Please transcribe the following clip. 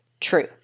True